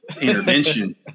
intervention